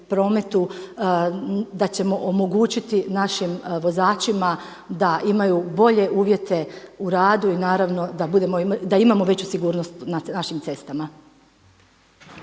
da ćemo omogućiti našim vozačima da imaju bolje uvjete u radu i da imamo veću sigurnost na našim cestama.